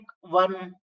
one